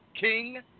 King